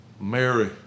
Mary